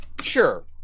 sure